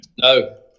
no